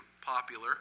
popular